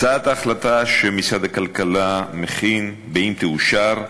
הצעת ההחלטה שמשרד הכלכלה מכין, אם תאושר,